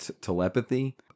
telepathy